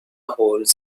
holds